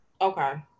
Okay